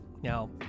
now